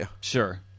Sure